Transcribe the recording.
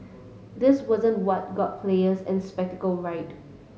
that wasn't what got players and riled